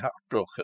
heartbroken